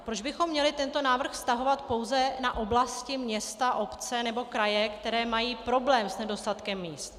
Proč bychom měli tento návrh vztahovat pouze na oblasti, města, obce nebo kraje, které mají problém s nedostatkem míst?